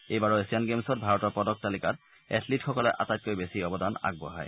এইবাৰৰ এছিয়ান গেমছত ভাৰতৰ পদক তালিকাত এথলীটসকলে আটাইতকৈ বেছি অৱদান আগবঢ়ায়